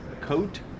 coat